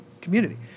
community